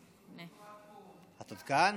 את עוד כאן?